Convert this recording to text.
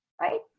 right